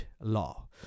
law